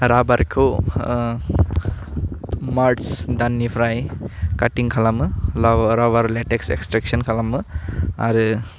राबारखौ March दाननिफ्राइ काटिं खालामो लाबार लाबार लेटेस्ट एक्सट्रेशन खालामो आरो